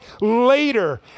later